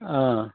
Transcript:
অঁ